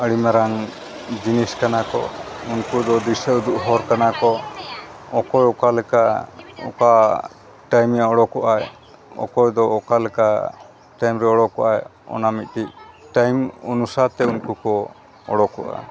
ᱟᱹᱰᱤ ᱢᱟᱨᱟᱝ ᱡᱤᱱᱤᱥ ᱠᱟᱱᱟ ᱠᱚ ᱩᱱᱠᱩ ᱫᱚ ᱫᱤᱥᱟᱹ ᱩᱫᱩᱜ ᱦᱚᱲ ᱠᱟᱱᱟ ᱠᱚ ᱚᱠᱚᱭ ᱚᱠᱟ ᱞᱮᱠᱟ ᱚᱠᱟ ᱴᱟᱭᱤᱢᱮ ᱩᱰᱩᱠᱚᱜ ᱟᱭ ᱚᱠᱚᱭ ᱫᱚ ᱚᱠᱟ ᱞᱮᱠᱟ ᱴᱟᱭᱤᱢ ᱨᱮ ᱩᱰᱩᱠᱚᱜ ᱟᱭ ᱚᱱᱟ ᱢᱤᱫᱴᱤᱱ ᱴᱟᱭᱤᱢ ᱚᱱᱩᱥᱟᱨ ᱛᱮ ᱩᱱᱠᱩ ᱠᱚ ᱚᱰᱳᱠᱚᱜᱼᱟ